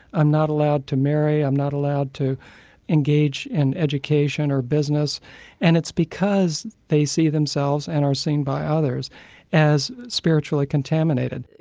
i'm not allowed to marry, i'm not allowed to engage in education or business' and it's because they see themselves and are seen by others as spiritually contaminated.